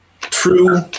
true